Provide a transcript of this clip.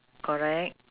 correct